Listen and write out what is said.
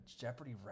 Jeopardy